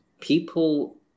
people